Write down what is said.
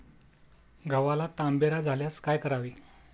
गव्हाला तांबेरा झाल्यास काय करावे?